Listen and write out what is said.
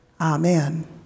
Amen